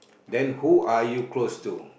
then who are you close to